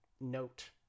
note